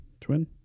Twin